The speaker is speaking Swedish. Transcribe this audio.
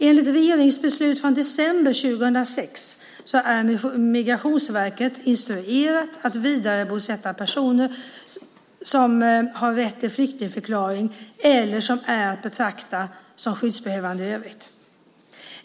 Enligt regeringsbeslut från december 2006 är Migrationsverket instruerat att vidarebosätta personer som har rätt till flyktingförklaring eller som är att betrakta som skyddsbehövande i övrigt.